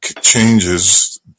changes